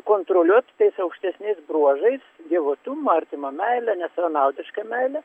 kontroliuot tai aukštesniais bruožais dievotumą artimo meilę nesavanaudišką meilę